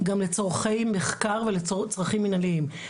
לצרכי מחקר ולצרכים מנהליים.